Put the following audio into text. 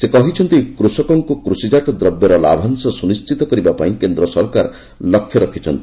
ସେ କହିଛନ୍ତି କୃଷକଙ୍କୁ କୃଷିଜାତ ଦ୍ରବ୍ୟର ଲାଭାଂଶ ସୁନିଶ୍ଚିତ କରିବା ପାଇଁ କେନ୍ଦ୍ର ସରକାର ଲକ୍ଷ୍ୟ ରଖିଛନ୍ତି